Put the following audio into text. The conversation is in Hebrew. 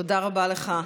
תודה רבה לך,